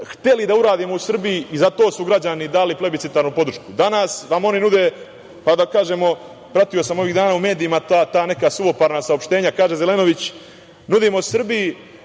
hteli da uradimo u Srbiji, i za to su građani dali plebiscitarnu podršku. Danas nam oni nude, pratio sam ovih dana u medijima, ta neka suvoparna saopštenja, kaže Zelenović, nudimo Srbiji,